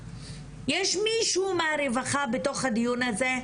יש מישהו מהרווחה בתוך הדיון הזה,